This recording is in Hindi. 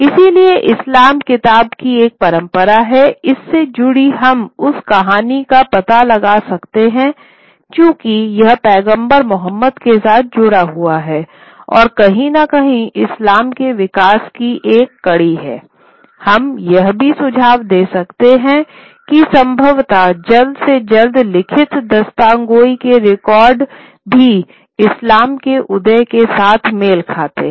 इसलिए इस्लाम किताब की एक परंपरा है इससे जुड़ी हम उस कहानी का पता लगा सकते हैं चूंकि यह पैगंबर मोहम्मद के साथ जुड़ा हुआ है और कहीं न कहीं इस्लाम के विकास की एक कड़ी है हम यह भी सुझाव दे सकते हैं कि संभवत जल्द से जल्द लिखित दास्तानगोई के रिकॉर्ड भी इस्लाम के उदय के साथ मेल खाते हैं